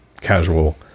casual